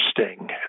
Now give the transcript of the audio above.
interesting